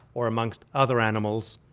or amongst other animals,